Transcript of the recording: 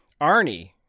Arnie